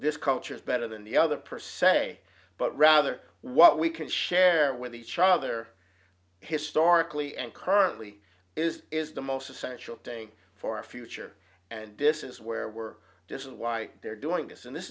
this culture is better than the other per se but rather what we can share with each other historically and currently is is the most essential thing for our future and this is where we're different why they're doing this and this